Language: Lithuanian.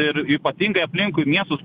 ir ypatingai aplinkui miestus